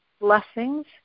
blessings